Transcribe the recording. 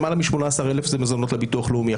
למעלה מ-18,000 זה מזונות לביטוח לאומי.